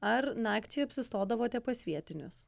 ar nakčiai apsistodavote pas vietinius